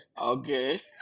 Okay